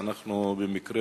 אנחנו במקרה,